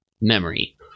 memory